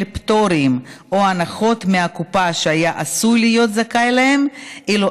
פטורים או הנחות מהקופה שהיה עשוי להיות זכאי להם אילו